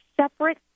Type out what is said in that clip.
separate